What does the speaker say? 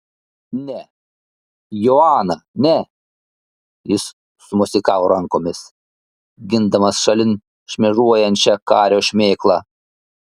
ne joana ne jis sumosikavo rankomis gindamas šalin šmėžuojančią kario šmėklą